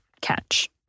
catch